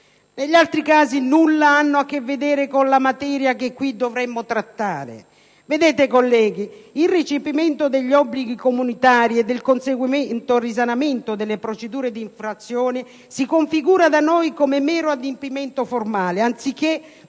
negli altri casi nulla hanno a che vedere con la materia che qui dovremmo trattare. Il recepimento degli obblighi comunitari e il conseguente risanamento delle procedure di infrazione si configura da noi come mero adempimento formale, anziché